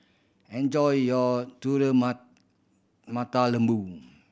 enjoy your telur mata lembu